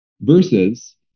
versus